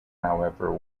however